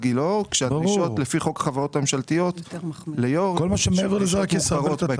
גילאור כאשר הדרישות לפי חוק החברות הממשלתיות ליושב ראש הן...